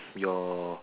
your